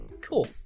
Cool